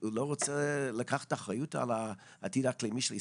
הוא לא רוצה לקחת את האחריות על העתיד האקלימי של ישראל?